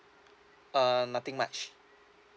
uh nothing much